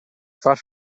far